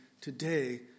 today